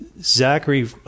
Zachary